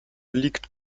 liegt